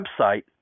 website